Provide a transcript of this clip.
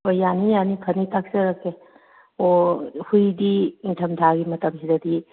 ꯍꯣꯏ ꯌꯥꯅꯤ ꯌꯥꯅꯤ ꯐꯅꯤ ꯇꯥꯛꯆꯔꯛꯀꯦ ꯑꯣ ꯍꯨꯏꯗꯤ ꯅꯤꯡꯊꯝ ꯊꯥꯒꯤ ꯃꯇꯝꯁꯤꯗꯗꯤ